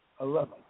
Eleven